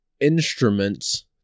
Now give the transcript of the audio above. instruments